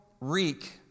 reek